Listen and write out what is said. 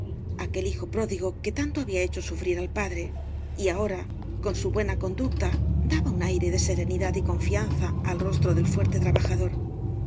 aquel hijo pródigo que tanto había hecho sufrir al padre y ahora con su buena conducta daba un aire de serenidad y confianza al rostro del fuerte trabajador